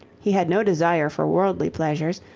he had no desire for worldly pleasures,